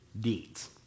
deeds